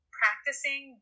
practicing